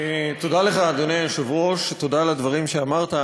תודה לך, אדוני היושב-ראש, תודה על הדברים שאמרת.